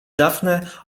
daphne